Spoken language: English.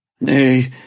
Nay